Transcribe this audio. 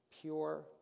pure